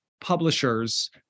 publishers